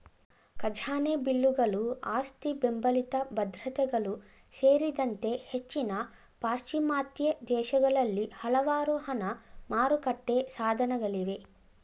ಖಜಾನೆ ಬಿಲ್ಲುಗಳು ಆಸ್ತಿಬೆಂಬಲಿತ ಭದ್ರತೆಗಳು ಸೇರಿದಂತೆ ಹೆಚ್ಚಿನ ಪಾಶ್ಚಿಮಾತ್ಯ ದೇಶಗಳಲ್ಲಿ ಹಲವಾರು ಹಣ ಮಾರುಕಟ್ಟೆ ಸಾಧನಗಳಿವೆ